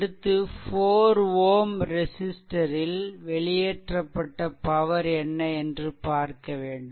அடுத்து 4 Ω ரெசிஷ்ட்டரில் வெளியேற்றப்பட்ட பவர் என்ன என்று பார்க்க வேண்டும்